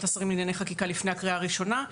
השרים לענייני חקיקה לפני הקריאה הראשונה,